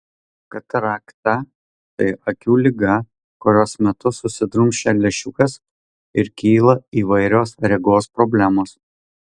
katarakta tai akių liga kurios metu susidrumsčia lęšiukas ir kyla įvairios regos problemos